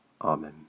Amen